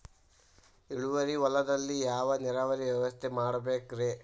ಇಳುವಾರಿ ಹೊಲದಲ್ಲಿ ಯಾವ ನೇರಾವರಿ ವ್ಯವಸ್ಥೆ ಮಾಡಬೇಕ್ ರೇ?